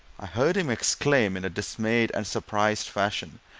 i heard him exclaim in a dismayed and surprised fashion,